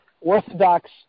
Orthodox